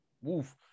woof